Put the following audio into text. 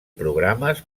programes